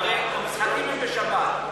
הרי המשחקים הם בשבת.